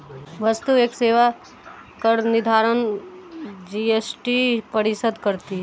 वस्तु एवं सेवा कर का निर्धारण जीएसटी परिषद करती है